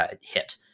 hit